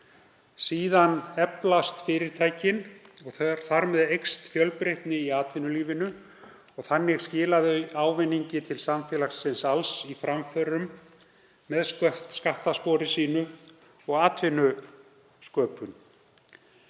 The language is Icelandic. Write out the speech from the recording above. Síðan eflast fyrirtækin og þar með eykst fjölbreytni í atvinnulífinu og þannig skila þau ávinningi til samfélagsins alls í framförum með skattspori sínu og atvinnusköpun.